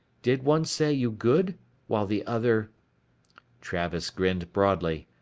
did one say you good while the other travis grinned broadly.